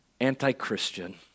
anti-Christian